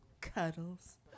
Cuddles